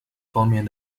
方面